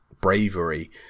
bravery